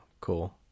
cool